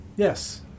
Yes